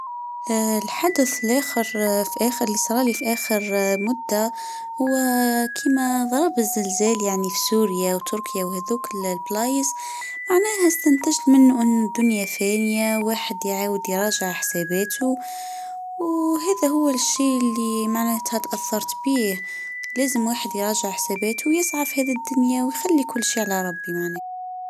الحدث الأخر في أخر- إللي صارلي في أخر مده. هو كيما ضرب الزلزال يعني في سوريا وتركيا وهذوك البلايس معناها أستنتجت منة أن الدنيا فانية واحد يعاود يراجع حساباته وهذا هو الشيء إللي معناته أتاثرت بيه لازم الواحد يراجع حساباته ويسعي في هذه الدنيا ويخلي كل شي علي ربنا معناه.